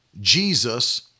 Jesus